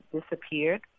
disappeared